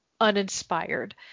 uninspired